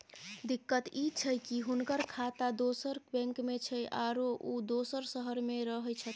दिक्कत इ छै की हुनकर खाता दोसर बैंक में छै, आरो उ दोसर शहर में रहें छथिन